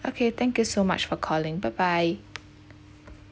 okay thank you so much for calling bye bye